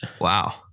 Wow